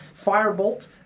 Firebolt